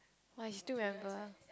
!wah! you still remember